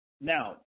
Now